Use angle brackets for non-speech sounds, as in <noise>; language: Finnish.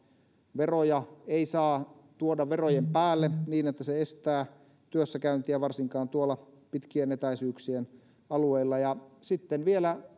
veroja ei saa tuoda verojen päälle niin että se estää työssäkäyntiä varsinkaan tuolla pitkien etäisyyksien alueilla sitten vielä <unintelligible>